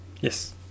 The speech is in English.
Yes